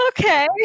okay